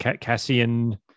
Cassian